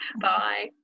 bye